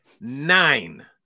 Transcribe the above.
nine